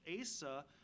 Asa